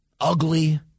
ugly